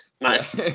Nice